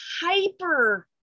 hyper